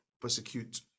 persecute